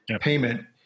payment